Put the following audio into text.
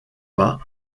pas